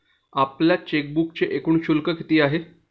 आपल्या चेकबुकचे एकूण शुल्क किती आहे?